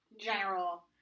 general